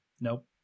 Nope